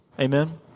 Amen